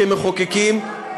כמחוקקים,